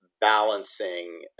balancing